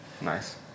Nice